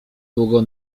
długo